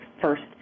first